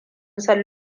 san